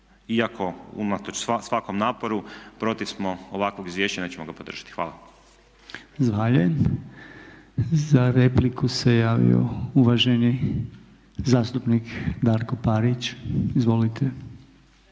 iako unatoč svakom naporu protiv smo ovakvog izvješća i nećemo ga podržati. Hvala. **Podolnjak, Robert (MOST)** Dalje, za repliku se javio uvaženi zastupnik Darko Parić. Izvolite.